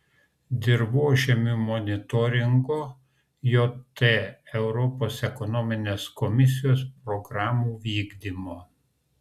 dirvožemių monitoringo jt europos ekonominės komisijos programų vykdymo